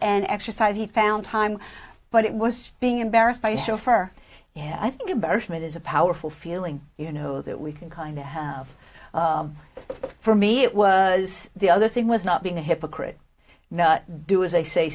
and exercise he found time but it was being embarrassed by his chauffeur yeah i think a birth mate is a powerful feeling you know that we can kind of for me it was the other thing was not being a hypocrite now do as i say